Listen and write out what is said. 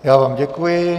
Já vám děkuji.